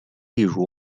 例如